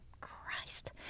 Christ